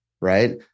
right